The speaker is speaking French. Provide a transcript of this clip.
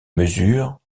mesure